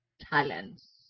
talents